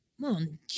Mon